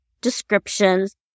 descriptions